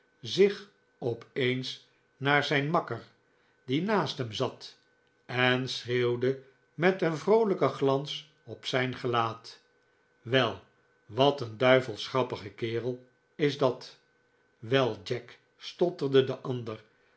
zich op eens naar zijn makker die naast hem zat en schreeuwde met een vroolijken glans op zijn gezicht wel wat een duivels grappige kerel is dat wel jack stotterde de ander